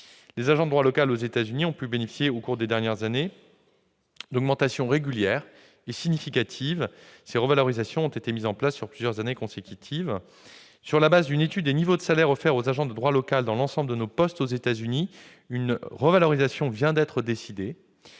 Les agents de droit local aux États-Unis ont pu bénéficier, au cours des dernières années, d'augmentations régulières et significatives. Ces revalorisations ont été mises en place sur plusieurs années consécutives. Sur la base d'une étude des niveaux de salaire offerts aux agents de droit local dans l'ensemble de nos postes aux États-Unis, une revalorisation vient d'être décidée,